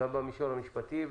- גם במישור המשפטי.